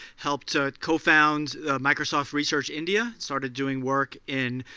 helped ah co-found microsoft research india. started doing work in